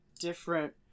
different